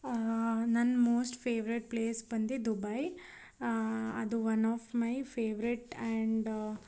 ನನ್ನ most favourite place ಬಂದು Dubai ಅದು one of my favourite and